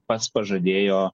pats pažadėjo